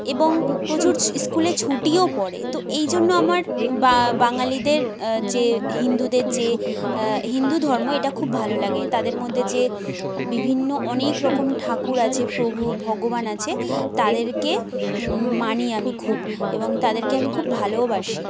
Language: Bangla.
এবং প্রচুর স্কুলে ছুটিও পড়ে তো এই জন্য আমার বাঙালিদের যে হিন্দুদের যে হিন্দু ধর্ম এটা খুব ভালো লাগে তাদের মধ্যে যে বিভিন্ন অনেক রকম ঠাকুর আছে প্রভু ভগবান আছে তাদেরকে মানি আমি খুব এবং তাদেরকে আমি খুব ভালোওবাসি